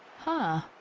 huh?